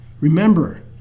Remember